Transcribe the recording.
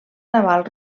naval